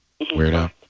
Weirdo